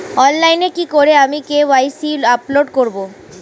অনলাইনে কি করে আমি কে.ওয়াই.সি আপডেট করব?